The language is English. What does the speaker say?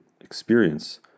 experience